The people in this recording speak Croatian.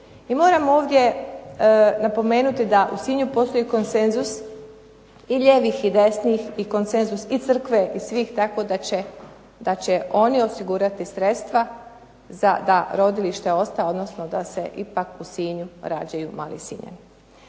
moram ovdje napomenuti da u Sinju postoji konsenzus i lijevih i desnih i konsenzus i crkve i svih tako da će oni osigurati sredstva za ta rodilišta da ostanu, odnosno da se ipak u Sinju rađaju mali Sinjani.